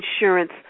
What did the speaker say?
insurance